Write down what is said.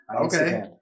okay